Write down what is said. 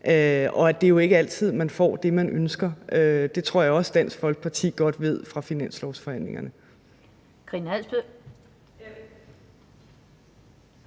og at det jo ikke er altid, man får det, man ønsker. Det tror jeg også Dansk Folkeparti godt kender til fra finanslovforhandlingerne.